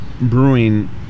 brewing